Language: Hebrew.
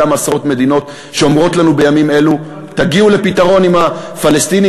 כמה עשרות מדינות שאומרות לנו בימים אלו: תגיעו לפתרון עם הפלסטינים,